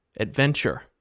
adventure